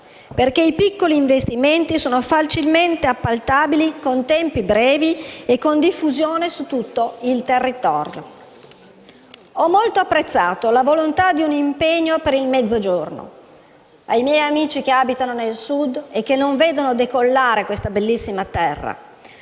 perché i piccoli investimenti sono facilmente appaltabili in tempi brevi e con una diffusione su tutto il territorio. Ho molto apprezzato la volontà di un impegno per il Mezzogiorno. Mi rivolgo ai miei amici che abitano al Sud e non vedono decollare questa bellissima terra.